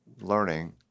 learning